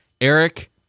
Eric